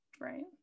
right